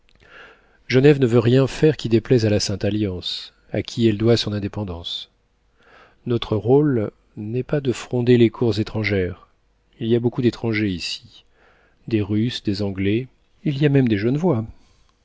genève ne veut rien faire qui déplaise à la sainte-alliance à qui elle doit son indépendance notre rôle n'est pas de fronder les cours étrangères il y a beaucoup d'étrangers ici des russes des anglais il y a même des genevois oui